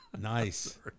Nice